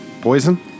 Poison